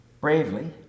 Bravely